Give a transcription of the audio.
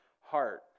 heart